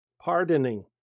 pardoning